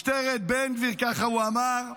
משטרת בן גביר, כך הוא אמר,